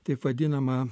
taip vadinama